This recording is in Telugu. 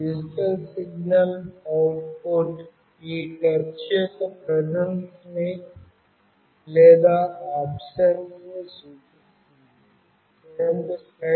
డిజిటల్ సిగ్నల్ అవుట్పుట్ ఈ టచ్ యొక్క ప్రెజన్స్ ని లేదా అబ్సెన్స్ ని సూచిస్తుంది